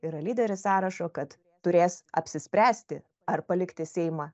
yra lyderis sąrašo kad turės apsispręsti ar palikti seimą